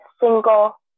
single